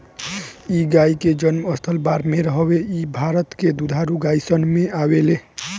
इ गाई के जनम स्थल बाड़मेर हवे इ भारत के दुधारू गाई सन में आवेले